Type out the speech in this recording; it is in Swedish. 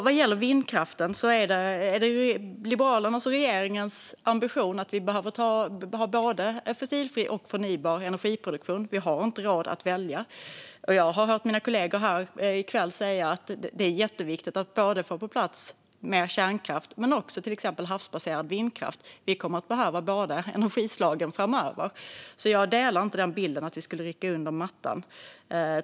Vad gäller vindkraften anser Liberalerna och regeringen att vi behöver ha både fossilfri och förnybar energiproduktion. Vi har inte råd att välja. Jag har hört mina kollegor säga här i kväll att det är jätteviktigt att få mer kärnkraft på plats men att det också är jätteviktigt att få till exempel havsbaserad vindkraft på plats. Vi kommer att behöva båda dessa energislag framöver. Jag håller inte med om att vi skulle rycka undan mattan.